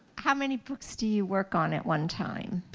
how many books do you work on at one time?